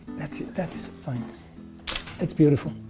that's it, that's fine that's beautiful.